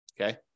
Okay